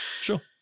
Sure